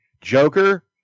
Joker